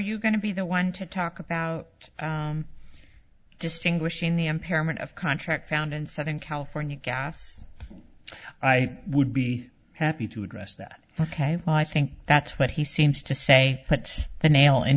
you going to be the one to talk about distinguishing them parent of contract found in southern california gas i would be happy to address that ok well i think that's what he seems to say puts the nail in